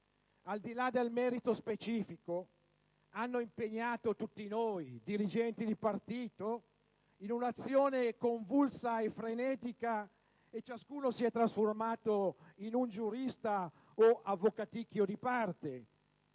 Al di là del merito specifico, hanno impegnato tutti noi, dirigenti di partito, in una azione convulsa e frenetica e ciascuno si è trasformato in un giurista o avvocaticchio di parte.